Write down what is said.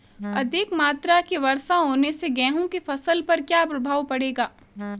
अधिक मात्रा की वर्षा होने से गेहूँ की फसल पर क्या प्रभाव पड़ेगा?